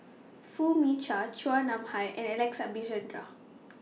Foo Mee Har Chua Nam Hai and Alex Abisheganaden